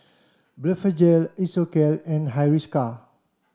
Blephagel Isocal and Hiruscar